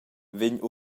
vegn